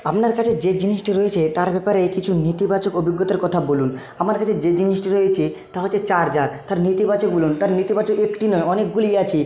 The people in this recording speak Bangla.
আপনার কাছে যে জিনিসটা রয়েছে তার ব্যাপারে কিছু নেতিবাচক অভিজ্ঞতার কথা বলুন আমার কাছে যে জিনিসটা রয়েছে তা হচ্ছে চার্জার তার নেতিবাচক বলুন তার নেতিবাচক একটি নয় অনেকগুলিই আছে